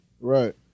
Right